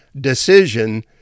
Decision